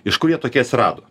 iš kur jie tokie atsirado